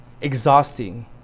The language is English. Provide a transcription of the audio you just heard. exhausting